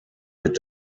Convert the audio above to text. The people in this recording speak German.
wird